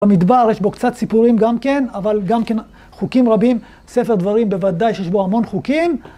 במדבר יש בו קצת סיפורים גם כן, אבל גם כן חוקים רבים, ספר דברים בוודאי, שיש בו המון חוקים.